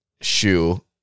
shoe